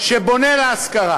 שבונה להשכרה.